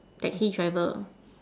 taxi driver